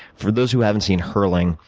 for those who haven't seen hurling,